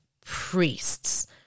priests